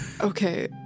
Okay